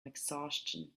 exhaustion